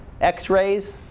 X-rays